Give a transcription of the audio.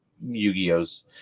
Yu-Gi-Ohs